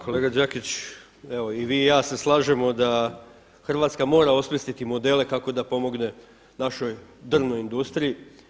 Kolega Đakić, evo i vi i ja se slažemo da Hrvatska mora osmisliti modele kako da pomogne našoj drvnoj industriji.